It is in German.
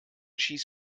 schieß